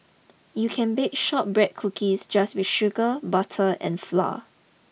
you can bake shortbread cookies just with sugar butter and flour